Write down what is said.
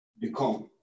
become